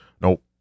Nope